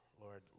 Lord